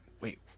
wait